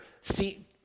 see